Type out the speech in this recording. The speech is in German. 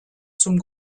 zum